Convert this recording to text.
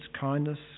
kindness